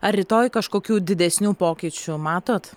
ar rytoj kažkokių didesnių pokyčių matot